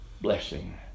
blessing